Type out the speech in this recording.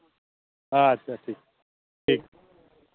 ᱟᱪᱪᱷᱟ ᱴᱷᱤᱠ ᱴᱷᱤᱠ